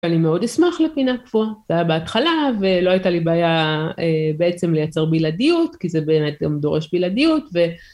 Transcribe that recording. אני מאוד אשמח לפינה פה, זה היה בהתחלה ולא הייתה לי בעיה בעצם לייצר בלעדיות כי זה באמת גם דורש בלעדיות ו...